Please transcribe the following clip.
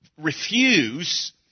refuse